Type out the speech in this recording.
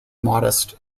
modest